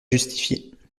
justifiée